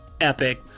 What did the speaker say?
epic